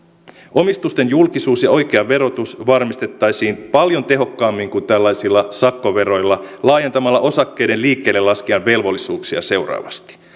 omistusten julkisuus ja oikea verotus varmistettaisiin paljon tehokkaammin kuin tällaisilla sakkoveroilla laajentamalla osakkeiden liikkeellelaskijan velvollisuuksia seuraavasti